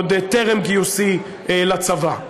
עוד טרם גיוסי לצבא.